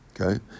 Okay